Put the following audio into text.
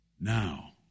Now